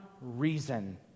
reason